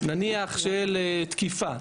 נניח של תקיפה,